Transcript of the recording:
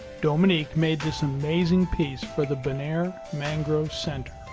dominique made this amazing piece for the bonaire mangrove center.